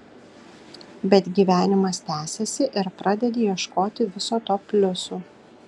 bet gyvenimas tęsiasi ir pradedi ieškoti viso to pliusų